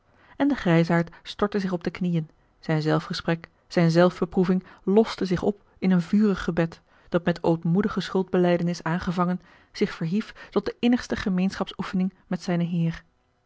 en de grijsaard stortte zich op de knieën zijn zelfgesprek zijne zelfbeproeving loste zich op in een vurig gebed dat met ootmoedige schuldbelijdenis aangevangen zich verhief tot de innigste gemeenschapsoefening met zijnen heer